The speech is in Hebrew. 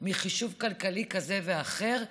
מחישוב כלכלי כזה או אחר,